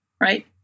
right